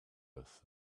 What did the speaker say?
earth